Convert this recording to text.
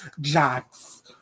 Jax